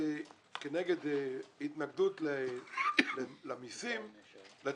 נאמר שכנגד התנגדות למיסים משרד הכלכלה